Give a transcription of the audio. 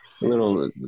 little